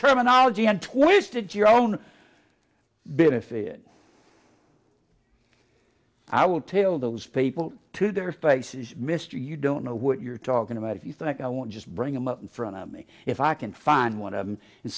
terminology and twisted your own bit if it i will tell those people to their faces mr you don't know what you're talking about if you think i want just bring them up in front of me if i can find one of them and